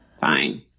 fine